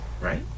Right